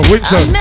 Winter